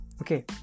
Okay